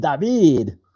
David